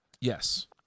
Yes